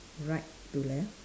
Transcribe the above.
right to left